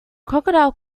crocodile